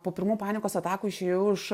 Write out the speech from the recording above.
po pirmų panikos atakų išėjau iš